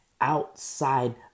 outside